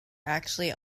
actually